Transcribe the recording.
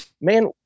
man